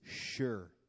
sure